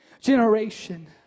generation